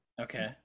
okay